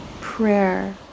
prayer